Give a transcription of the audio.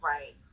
Right